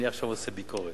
אני עכשיו עושה ביקורת.